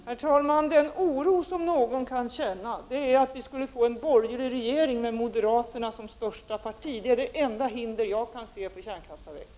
Herr talman! Den oro någon kan känna är att vi skulle få en borgerlig regering med moderaterna som största parti. Det är det enda hinder som jag kan se för kärnkraftsavvecklingen.